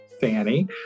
fanny